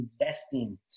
investing